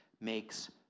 makes